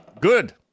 Good